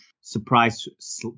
surprise